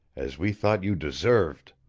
as we thought you deserved.